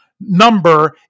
number